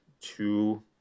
two